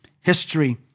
history